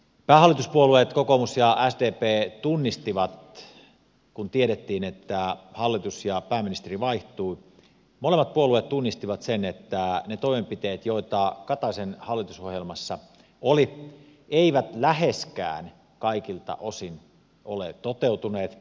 päähallituspuolueet kokoomus ja sdp tunnistivat kun tiedettiin että hallitus ja pääministeri vaihtuvat sen että ne toimenpiteet joita kataisen hallitusohjelmassa oli eivät läheskään kaikilta osin ole toteutuneet